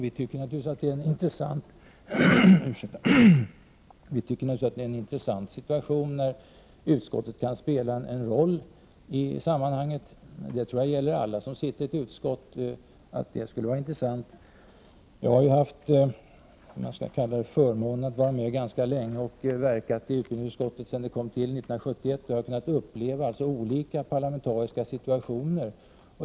Vi tycker naturligtvis att det är en intressant situation när utskottet kan spela en roll i sammanhanget. Jag tror att det skulle vara intressant för alla som sitter i ett utskott. Jag har haft förmånen att få vara med länge, och jag har verkat i utbildningsutskottet sedan det tillkom 1971. Jag har alltså kunnat uppleva olika parlamentariska situationer.